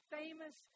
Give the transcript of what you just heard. famous